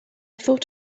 thought